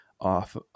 off